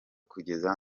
kugeza